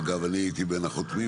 שאגב אני הייתי בין החותמים